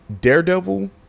daredevil